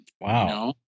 Wow